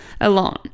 alone